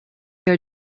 your